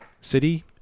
city